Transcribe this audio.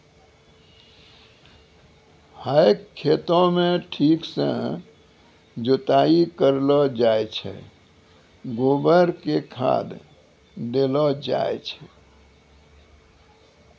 है खेतों म ठीक सॅ जुताई करलो जाय छै, गोबर कॅ खाद देलो जाय छै